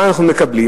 מה אנחנו מקבלים,